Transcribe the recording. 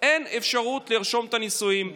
אין אפשרות לרשום את הנישואים.